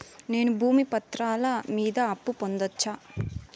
నేను భూమి పత్రాల మీద అప్పు పొందొచ్చా?